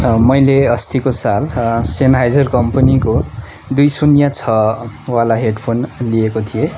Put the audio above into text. मैले अस्तिको साल सेनहाइजर कम्पनीको दुई शून्य छ वाला हेडफोन लिएको थिएँ